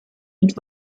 mit